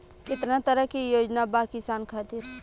केतना तरह के योजना बा किसान खातिर?